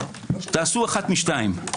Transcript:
תעשו אחת משתיים: